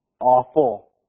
awful